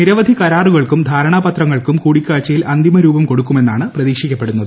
നിരവധി കരാറുകൾക്കും ധാരണാപത്രങ്ങൾക്കും കൂടിക്കാഴ്ചയിൽ അന്തിമ രൂപം കൊടുക്കുമെന്നാണ് പ്രതീക്ഷിക്കപ്പെടുന്നത്